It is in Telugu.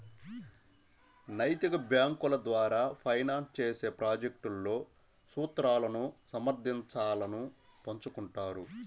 నైతిక బ్యేంకుల ద్వారా ఫైనాన్స్ చేసే ప్రాజెక్ట్లలో సూత్రాలను సమర్థించాలను పంచుకుంటారు